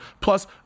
plus